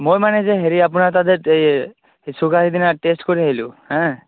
মোৰ মানে যে হেৰি আপোনাৰ তাত যে এই ছুগাৰ সেইদিনা টেষ্ট কৰি আহিলোঁ হাঁ